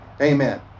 Amen